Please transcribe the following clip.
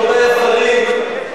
רבותי השרים,